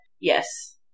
Yes